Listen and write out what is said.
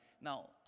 Now